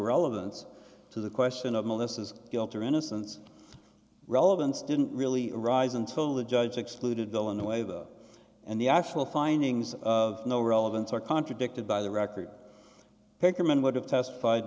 relevance to the question of melissa's guilt or innocence relevance didn't really rise until the judge excluded though in the way the and the actual findings of no relevance are contradicted by the record picker men would have testified